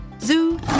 Zoo